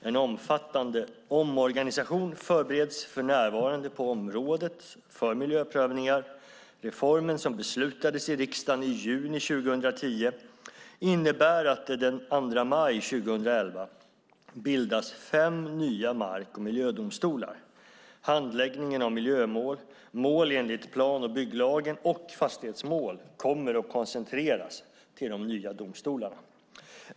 En omfattande omorganisation förbereds för närvarande på området för miljöprövningar. Reformen, som beslutades av riksdagen i juni 2010, innebär att det den 2 maj 2011 bildas fem nya mark och miljödomstolar. Handläggningen av miljömål, mål enligt plan och bygglagen och fastighetsmål kommer att koncentreras till de nya domstolarna.